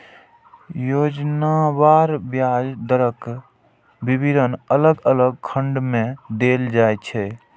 योजनावार ब्याज दरक विवरण अलग अलग खंड मे देल जाइ छै